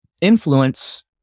influence